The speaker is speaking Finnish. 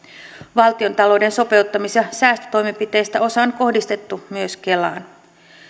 valtiontalouden sopeuttamis ja säästötoimenpiteistä osa on kohdistettu myös kelaan